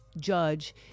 Judge